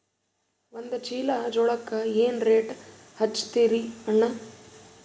ಒಂದ ಚೀಲಾ ಜೋಳಕ್ಕ ಏನ ರೇಟ್ ಹಚ್ಚತೀರಿ ಅಣ್ಣಾ?